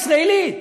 ישראלית,